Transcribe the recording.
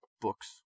books